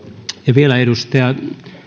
vielä edustajat